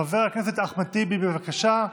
חבר הכנסת אחמד טיבי, בבקשה.